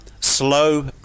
slow